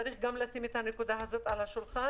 צריך לשים גם את הנקודה הזאת על השולחן